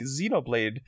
xenoblade